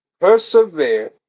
persevere